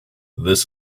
this